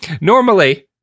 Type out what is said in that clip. normally